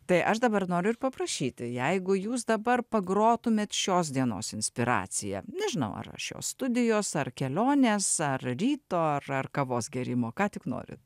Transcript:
tai aš dabar noriu ir paprašyti jeigu jūs dabar pagrotumėt šios dienos inspiraciją nežinau ar šios studijos ar kelionės ar ryto ar ar kavos gėrimo ką tik norit